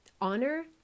Honor